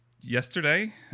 yesterday